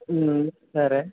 సరే